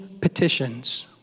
petitions